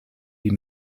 die